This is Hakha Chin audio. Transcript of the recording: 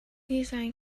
nizaan